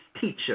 teacher